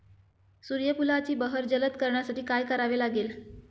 सूर्यफुलाची बहर जलद करण्यासाठी काय करावे लागेल?